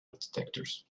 architectures